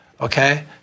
okay